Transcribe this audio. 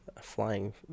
flying